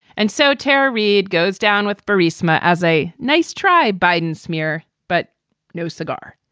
and so tara reid goes down with barry psma as a nice try. biden smear, but no cigar.